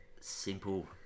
simple